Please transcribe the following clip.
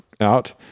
out